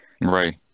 Right